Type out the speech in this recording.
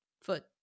foot